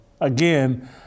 again